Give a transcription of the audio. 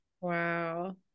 Wow